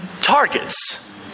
targets